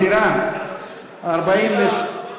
עליזה.